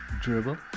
dribble